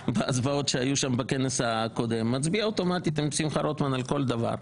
בזוועות שהיו שם בכנס הקודם מצביע אוטומטית עם שמחה רוטמן על כל דבר.